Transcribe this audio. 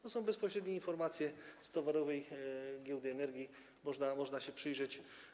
To są bezpośrednie informacje z Towarowej Giełdy Energii, można się im przyjrzeć.